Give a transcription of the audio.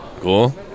Cool